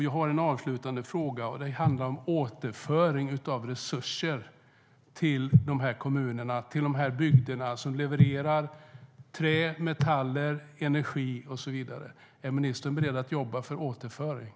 Jag har en avslutande fråga om återföring av resurser till kommunerna och bygderna som levererar trä, metaller, energi och så vidare. Är ministern beredd att jobba för återföring?